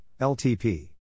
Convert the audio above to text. LTP